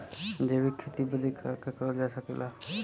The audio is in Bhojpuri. जैविक खेती बदे का का करल जा सकेला?